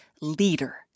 leader